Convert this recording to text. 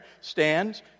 stands